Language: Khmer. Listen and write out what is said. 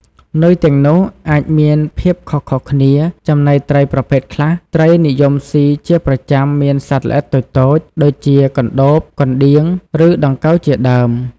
នុយទាំងនោះអាចមានភាពខុសៗគ្នា ចំណីត្រីប្រភេទខ្លះ ត្រីនិយមស៊ីជាប្រចាំមានសត្វល្អិតតូចៗ ដូចជាកណ្ដូប កណ្ដៀង ឬដង្កូវជាដើម។